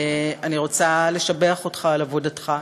אני רוצה לשבח אותך על עבודתך,